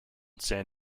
san